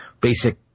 basic